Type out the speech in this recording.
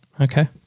Okay